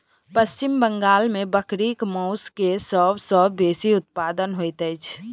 पश्चिम बंगाल में बकरीक मौस के सब सॅ बेसी उत्पादन होइत अछि